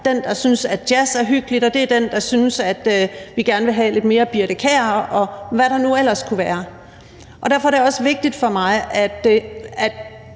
den, der synes at jazz er hyggeligt, og den, der gerne vil høre lidt mere Birthe Kjær, og hvad det nu ellers kunne være. Derfor er det også vigtigt for mig, at